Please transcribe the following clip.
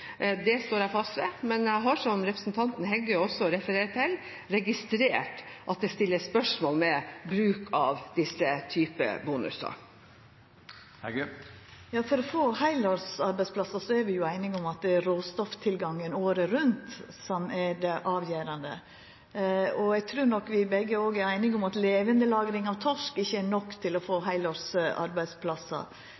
Det står jeg fast ved, men jeg har, som representanten Heggø også refererer til, registrert at det stilles spørsmål ved bruken av denne typen bonuser. For å få heilårsarbeidsplassar er vi einige om at det er råstofftilgangen året rundt som er det avgjerande. Eg trur nok vi begge òg er einige om at levandelagring av torsk ikkje er nok til å få